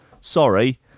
Sorry